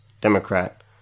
Democrat